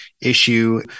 issue